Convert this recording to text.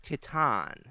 Titan